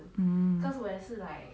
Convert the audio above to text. hmm